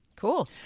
Cool